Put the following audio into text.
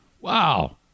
wow